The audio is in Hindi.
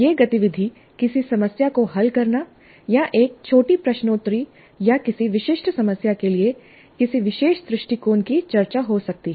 यह गतिविधि किसी समस्या को हल करना या एक छोटी प्रश्नोत्तरी या किसी विशिष्ट समस्या के लिए किसी विशेष दृष्टिकोण की चर्चा हो सकती है